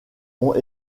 ont